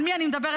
על מי אני מדברת?